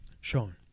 Sean